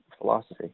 philosophy